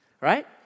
right